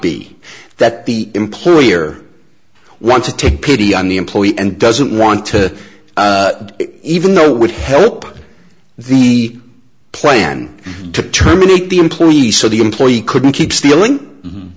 be that the employer want to take pity on the employee and doesn't want to even though it would help the plan to terminate the employee so the employee couldn't keep stealing